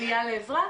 של פנייה לעזרה,